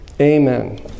Amen